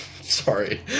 Sorry